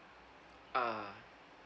ah